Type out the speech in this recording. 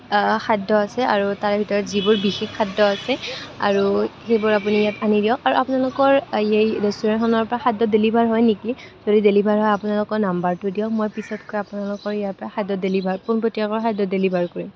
খাদ্য আছে আৰু তাৰে ভিতৰত যিবোৰ বিশেষ খাদ্য আছে আৰু সেইবোৰ আপুনি ইয়াত আনি দিয়ক আৰু আপোনালোকৰ এই ৰেষ্টুৰেণ্টখনৰ পৰা খাদ্য ডেলিভাৰ হয় নেকি যদি ডেলিভাৰ হয় আপোনালোকৰ নাম্বাৰটো দিয়ক মই পিছতকৈ আপোনালোকৰ ইয়াৰ পৰা খাদ্য ডেলিভাৰ পোনপটীয়াকৈ খাদ্য ডেলিভাৰ কৰিম